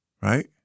right